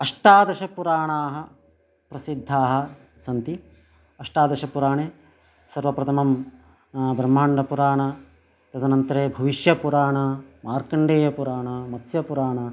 अष्टादशपुराणानि प्रसिद्धाः सन्ति अष्टादशपुराणे सर्वप्रथमं ब्रह्माण्डपुराणं तदनन्तरे भविष्यपुराणं मार्कण्डेयपुराणं मत्स्यपुराणं